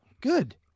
Good